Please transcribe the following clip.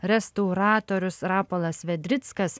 restauratorius rapolas vedrickas